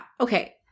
Okay